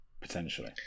potentially